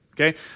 okay